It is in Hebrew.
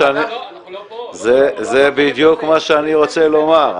זה בדיוק מה שאני רוצה לומר.